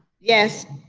yes.